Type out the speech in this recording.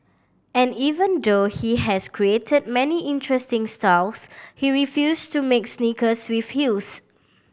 and even though he has created many interesting styles he refuse to make sneakers with heels